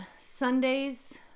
sundays